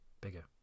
bigger